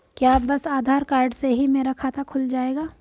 क्या बस आधार कार्ड से ही मेरा खाता खुल जाएगा?